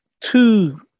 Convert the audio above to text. Two